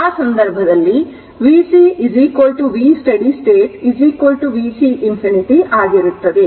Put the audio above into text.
ಆದ್ದರಿಂದ ಆ ಸಂದರ್ಭದಲ್ಲಿ vc V steady state vc infinity ಆಗಿರುತ್ತದೆ